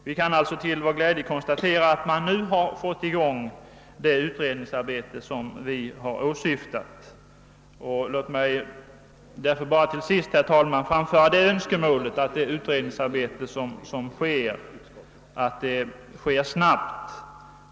Vi kan alltså till vår glädje konstatera att man nu har fått i gång det utredningsarbete som vi har åsyftat. Låt mig därför bara till sist få framföra det önskemålet att utredningsarbetet sker snabbt.